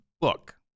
book